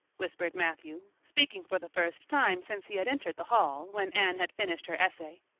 whispered matthew, speaking for the first time since he had entered the hall, when anne had finished her essay.